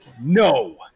no